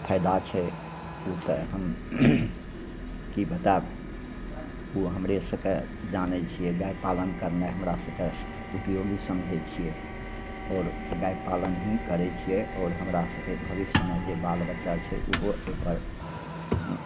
फायदा छै ओ तऽ हम कि बताएब ओ हमरे सभकेँ जानै छिए गाइ पालन करनाइ हमरा सभकेँ उपयोगी समझै छिए आओर गाइ पालन ही करै छिए आओर हमरा सभकेँ भविष्यमे जे बालबच्चा छै ओहो एहिपर